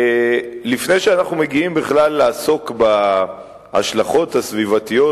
לפני שאנחנו מגיעים בכלל לעסוק בהשלכות הסביבתיות,